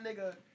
nigga